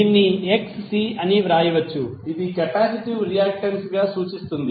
దీనిని Xc అని వ్రాయవచ్చు ఇది కెపాసిటివ్ రియాక్టన్స్ గా సూచిస్తుంది